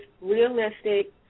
realistic